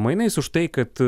mainais už tai kad